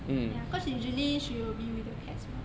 ya cause usually she will be with the cats mah